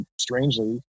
strangely